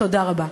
תודה רבה.